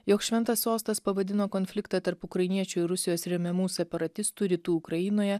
jog šventas sostas pavadino konfliktą tarp ukrainiečių ir rusijos remiamų separatistų rytų ukrainoje